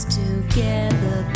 together